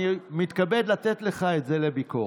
אני מתכבד לתת לך את זה לביקורת.